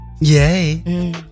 Yay